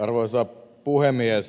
arvoisa puhemies